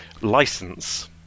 License